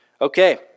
Okay